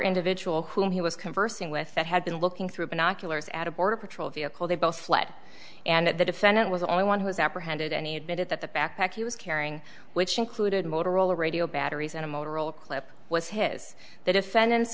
individual who he was conversing with that had been looking through binoculars at a border patrol vehicle they both fled and that the defendant was the only one who was apprehended any admitted that the backpack he was carrying which included motorola radio batteries and a motorola clip was his the defendant